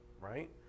right